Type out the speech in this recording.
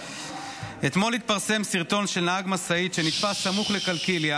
אתמול התפרסם סרטון של נהג משאית שנתפס סמוך לקלקיליה